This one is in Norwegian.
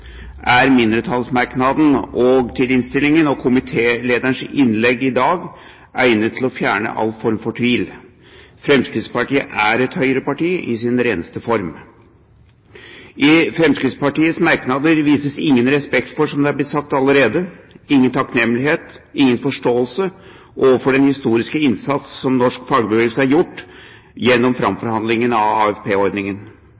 er mindretallsmerknaden i innstillingen og komitélederens innlegg i dag egnet til å fjerne all form for tvil: Fremskrittspartiet er et høyreparti, i sin reneste form. I Fremskrittspartiets merknader vises ingen respekt – som det allerede er blitt sagt – ingen takknemlighet, ingen forståelse overfor den historiske innsats som norsk fagbevegelse har gjort gjennom